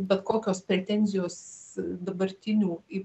bet kokios pretenzijos dabartinių į